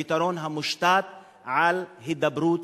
בפתרון המושתת על הידברות,